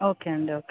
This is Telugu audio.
ఓకే అండి ఓకే